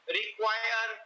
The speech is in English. require